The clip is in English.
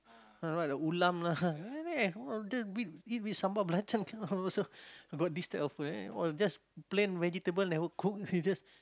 right the ulam lah eat with sambal belacan also got this type of food or just plain vegetable never cook you just